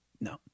No